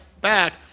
back